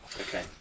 Okay